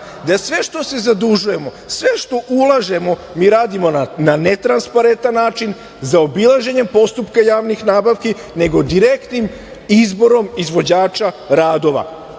da sve što se zadužujemo, sve što ulažemo, mi radimo na netransparentan način, zaobilaženjem postupka javnih nabavki, nego direktnim izborom izvođača radova.